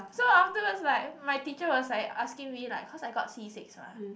so afterwards like my teacher was like asking me like cause I got C six mah